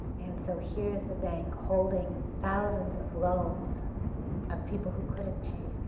and so here's the bank holding thousands of loans of people who couldn't pay,